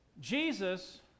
Jesus